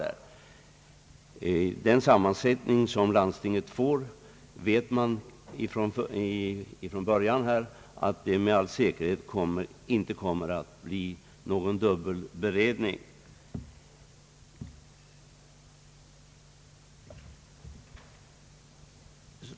Med den sammansättning som landstinget får vet man från början att det med all säkerhet inte kommer att bli någon dubbel beredning.